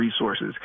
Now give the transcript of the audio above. resources